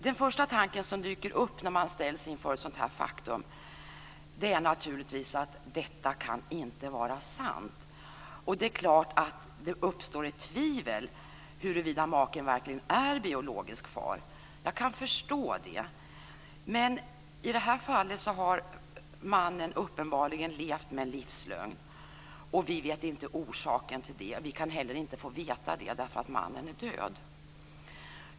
Den första tanke som dyker upp när man ställs inför ett sådant faktum är att det inte kan vara sant. Tvivel börjar uppstå huruvida maken verkligen är biologisk far. Jag kan förstå det. Men i det här fallet har mannen uppenbarligen levt med en livslögn. Vi vet inte orsaken till det. Vi kan heller inte få veta det, därför att mannen är död.